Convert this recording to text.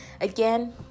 Again